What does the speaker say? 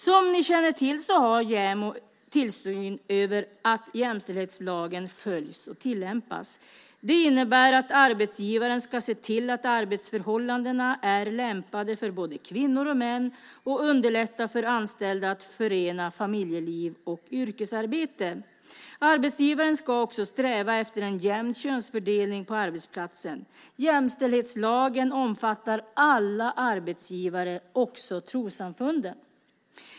Som ni känner till har JämO tillsyn över att jämställdhetslagen följs och tillämpas. Det innebär att arbetsgivaren ska se till att arbetsförhållandena är lämpade för både kvinnor och män och underlätta för anställda att förena familjeliv och yrkesarbete. Arbetsgivaren ska också sträva efter en jämn könsfördelning på arbetsplatsen. Jämställdhetslagen omfattar alla arbetsgivare, också trossamfunden.